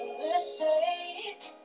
mistake